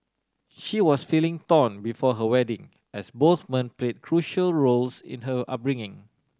she was feeling torn before her wedding as both men play crucial roles in her upbringing